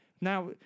Now